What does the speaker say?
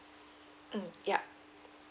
mm yup